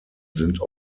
sind